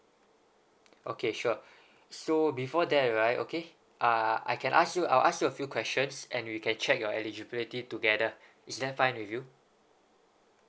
okay sure so before that right okay ah I can ask you I'll ask you a few questions and you can check your eligibility together is that fine with you